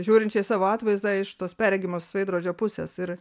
žiūrinčią į savo atvaizdą iš tos perregimos veidrodžio pusės ir